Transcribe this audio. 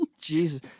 Jesus